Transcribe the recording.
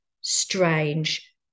strange